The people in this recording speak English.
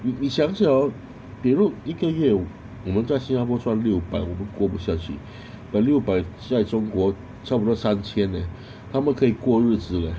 你想想 hor 比如一个月我们在新加坡赚六百我们过不下去六百在中国差不多三千 leh 他们可以过日子 leh